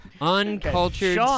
Uncultured